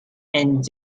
and